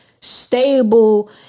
stable